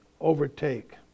overtake